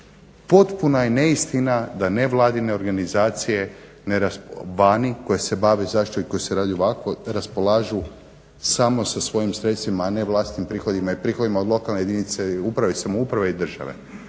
potpuna je neistina da nevladine organizacije vani koje se bave zaštitom i koje rade ovako raspolažu samo sa svojim sredstvima a ne vlastitim prihodima i prihodima od lokalne jedinice, uprave i samouprave i države.